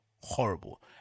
horrible